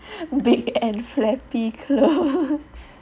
big and flappy clothes